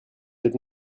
êtes